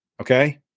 okay